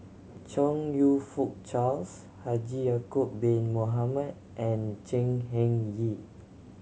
Chong You Fook Charles Haji Ya'acob Bin Mohamed and Chan Heng Chee